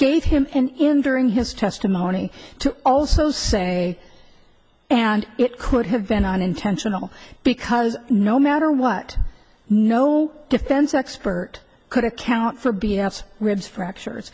gave him in during his testimony to also say and it could have been unintentional because no matter what no defense expert could account for b s ribs fracture